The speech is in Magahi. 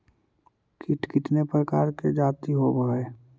कीट कीतने प्रकार के जाती होबहय?